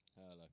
Hello